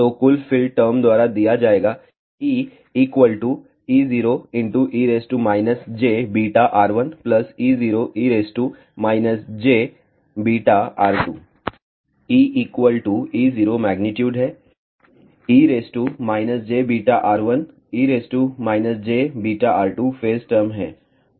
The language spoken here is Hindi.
तो कुल फील्ड टर्म द्वारा दिया जाएगा EEoe jβr1Eoe jβr2 E E0 magnitude है e jβr1 e jβr2 phase term है